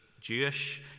Jewish